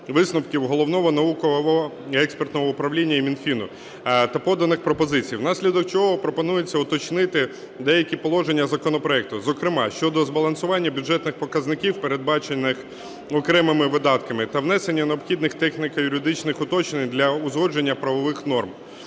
висновків Головного науково-експертного управління і Мінфіну та поданих пропозицій. Внаслідок чого пропонується уточнити деякі положення законопроекту, зокрема щодо збалансування бюджетних показників, передбачених окремими видатками та внесення необхідних техніко-юридичних уточнень для узгодження правових норм.